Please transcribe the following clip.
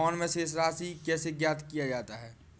Phone से शेष राशि कैसे ज्ञात किया जाता है?